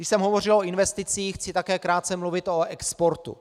Když jsem hovořil o investicích, chci také krátce mluvit o exportu.